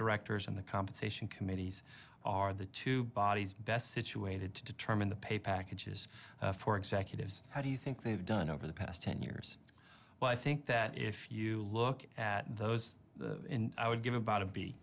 directors and the compensation committees are the two bodies best situated to determine the pay packages for executives how do you think they've done over the past ten years well i think that if you look at those i would give